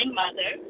mother